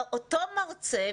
אותו מרצה,